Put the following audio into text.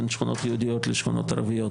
בין שכונות יהודיות ושכונות ערביות.